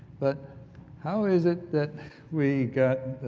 but how is it that we got